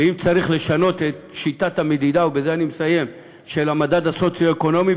ואם צריך לשנות את שיטת המדידה של המדד הסוציו-אקונומי,